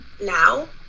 now